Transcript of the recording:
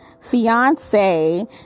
fiance